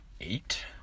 eight